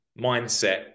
mindset